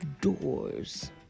doors